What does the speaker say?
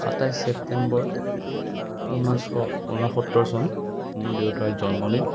সাতাইছ ছেপ্তেম্বৰ ঊনৈছশ উনসত্তৰ চন মোৰ দেউতাৰ জন্মদিন